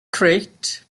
crate